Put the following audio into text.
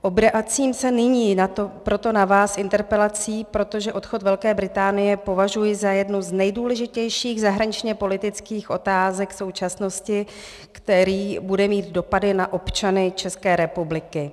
Obracím se nyní proto na vás s interpelací, protože odchod Velké Británie považuji za jednu z nejdůležitějších zahraničněpolitických otázek současnosti, který bude mít dopady na občany České republiky.